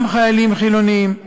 גם חיילים חילונים,